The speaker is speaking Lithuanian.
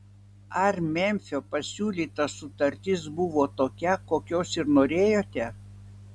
ar memfio pasiūlyta sutartis buvo tokia kokios ir norėjote